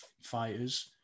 fighters